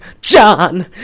John